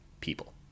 people